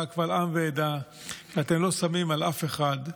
קבל עם ועדה שאתם לא שמים על אף אחד,